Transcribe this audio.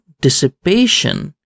dissipation